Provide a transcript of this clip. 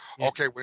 Okay